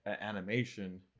animation